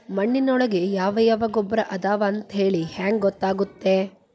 ಮಣ್ಣಿನೊಳಗೆ ಯಾವ ಯಾವ ಗೊಬ್ಬರ ಅದಾವ ಅಂತೇಳಿ ಹೆಂಗ್ ಗೊತ್ತಾಗುತ್ತೆ?